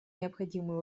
необходимые